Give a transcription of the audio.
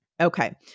Okay